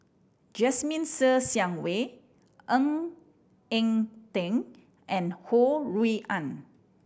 Jasmine Ser Xiang Wei Ng Eng Teng and Ho Rui An